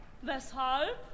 Weshalb